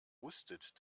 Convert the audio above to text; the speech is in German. wusstet